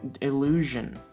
illusion